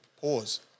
Pause